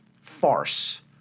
farce